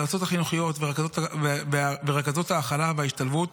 היועצות החינוכיות ורכזות ההכלה וההשתלבות